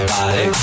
body